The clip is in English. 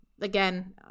Again